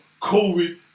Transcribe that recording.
COVID